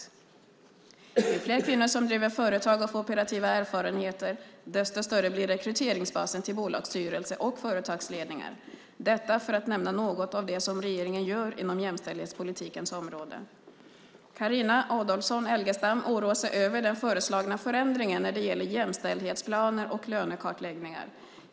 Ju fler kvinnor som driver företag och får operativa erfarenheter, desto större blir rekryteringsbasen till bolagsstyrelser och företagsledningar. Detta för att nämna något av det som regeringen gör inom jämställdhetspolitikens område. Carina Adolfsson Elgestam oroar sig över den föreslagna förändringen när det gäller jämställdhetsplaner och lönekartläggning.